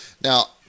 Now